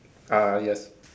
ah yes